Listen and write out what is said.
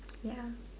ya